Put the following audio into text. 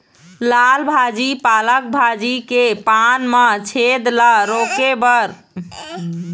लाल भाजी पालक भाजी के पान मा छेद ला रोके बर कोन दवई ला अपना सकथन?